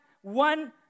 one